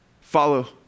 follow